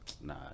Nah